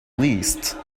least